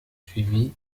suivies